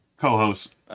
co-host